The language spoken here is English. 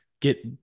get